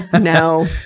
No